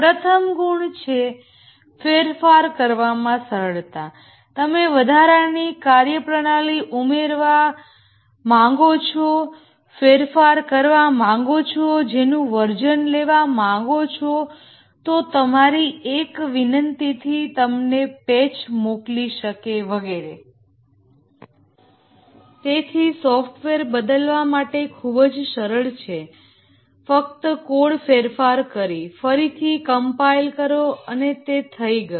પ્રથમ ગુણ છે ફેરફાર કરવામાં સરળતા તમે વધારાની કાર્યપ્રણાલી ઉમેરવા માંગો છો ફેરફાર કરવા માંગો છો નવું વર્ઝન લેવા માંગો છો તો તમારી એક વિનંતીથી તમને પેચ મોકલી શકે વગેરે તેથી સોફ્ટવેર બદલવા માટે ખૂબ જ સરળ છે ફક્ત કોડ ફેરફાર કરો ફરીથી કંપાઈલ કરો અને તે થઈ ગયું